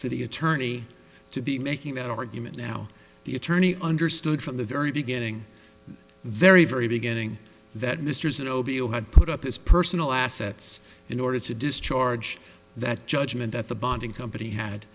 for the attorney to be making that argument now the attorney understood from the very beginning very very beginning that misters and obio had put up his personal assets in order to discharge that judgment that the bonding company had